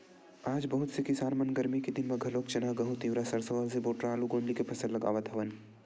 आज बहुत से किसान मन गरमी के दिन म घलोक चना, गहूँ, तिंवरा, सरसो, अलसी, बटुरा, आलू, गोंदली के फसल लगावत हवन